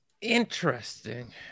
Interesting